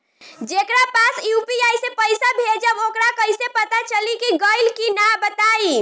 जेकरा पास यू.पी.आई से पईसा भेजब वोकरा कईसे पता चली कि गइल की ना बताई?